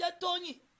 Tony